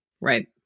right